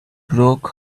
broke